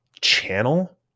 channel